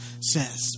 says